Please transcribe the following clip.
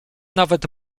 nawet